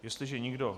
Jestliže nikdo...